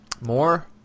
More